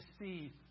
see